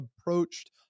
approached